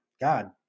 God